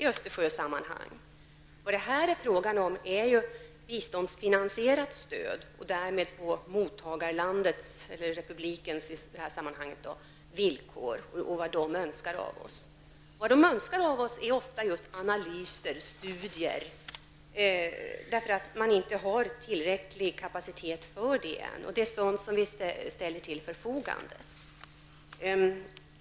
Vad det här är fråga om är biståndsfinansierat stöd, dvs. stöd på mottagarlandets, eller i detta sammanhang mottagarrepublikens, villkor, stöd som utgår från vad det andra landet önskar av oss. Vad de önskar är ofta just analyser, studier, eftersom de ännu inte har tillräcklig kapacitet för detta. Det är också sådant som vi ställer till deras förfogande.